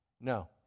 no